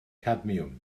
cadmiwm